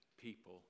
people